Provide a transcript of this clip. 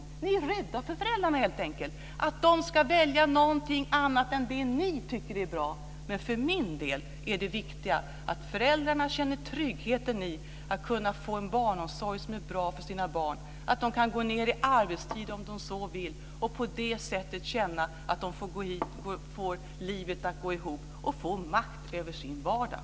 Ni är helt enkelt rädda för föräldrarna, för att de ska välja någonting annat än det ni tycker är bra. För min del är det viktiga att föräldrarna känner tryggheten i att kunna få en barnomsorg som är bra för deras barn, att de kan gå ned i arbetstid om de så vill och på det sättet känna att de får livet att gå ihop och att de får makt över sin vardag.